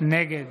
נגד